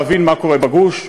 להבין מה קורה בגוש,